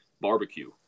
barbecue